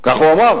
כך הוא אמר